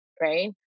right